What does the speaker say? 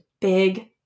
big